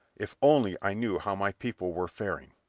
if only i knew how my people were faring.